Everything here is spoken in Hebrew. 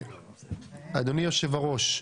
אדוני יושב הראש,